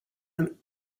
him